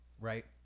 right